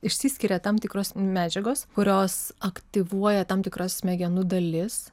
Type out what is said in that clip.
išsiskiria tam tikros medžiagos kurios aktyvuoja tam tikras smegenų dalis